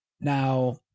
Now